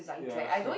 ya